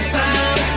time